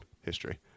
history